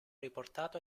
riportato